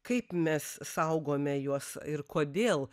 kaip mes saugome juos ir kodėl